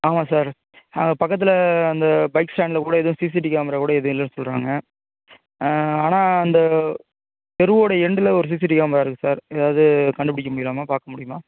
ஆமாம் சார் பக்கத்தில் அந்த பைக் ஸ்டாண்ட்டில் கூட எதுவும் சிசிடி கேமரா கூட எதுவும் இல்லைன்னு சொல்லுறாங்க ஆனால் அந்த தெருவோடய எண்டில் ஒரு சிசிடி கேமரா இருக்குது சார் ஏதாவது கண்டுபிடிக்க முடியலாமா பார்க்க முடியுமா